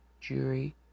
jury